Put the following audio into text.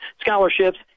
scholarships